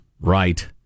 Right